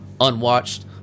unwatched